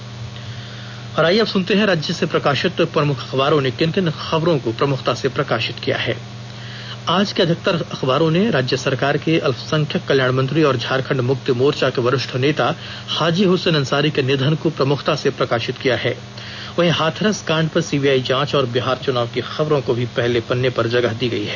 अब अखबारों की सुर्खियां और आईये अब सुनते हैं राज्य से प्रकाशित प्रमुख अखबारों ने किन किन खबरों को प्रमुखता से प्रकाशित किया है आज के अधिकतर अखबारों ने राज्य सरकार के अल्पसंख्यक कल्याण मंत्री और झारखंड मुक्ति मोर्चा के वरिष्ठ नेता हाजी हुसैन अंसारी के निधन को प्रमुखता से प्रकाशित किया है वहीं हाथरस कांड पर सीबीआई जांच और बिहार चुनाव की खबरों को भी अपने पहले पन्ने पर जगह दी है